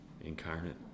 incarnate